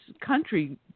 country